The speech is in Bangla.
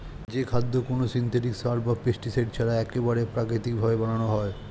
যে খাদ্য কোনো সিনথেটিক সার বা পেস্টিসাইড ছাড়া একবারে প্রাকৃতিক ভাবে বানানো হয়